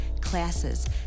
classes